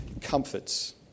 comforts